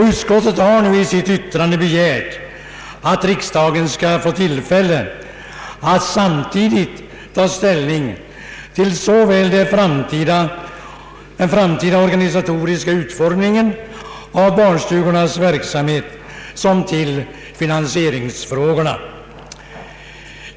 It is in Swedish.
Utskottet har också i sitt yttrande begärt att riksdagen skall få tillfälle att samtidigt ta ställning till såväl den framtida organisatoriska utformningen av barnstugornas verksamhet som finansieringsfrågorna.